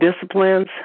disciplines